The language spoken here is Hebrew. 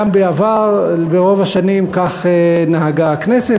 וגם בעבר, ברוב השנים, כך נהגה הכנסת.